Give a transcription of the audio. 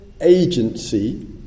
agency